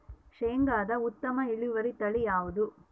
ಶೇಂಗಾದ ಉತ್ತಮ ಇಳುವರಿ ತಳಿ ಯಾವುದು?